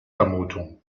vermutung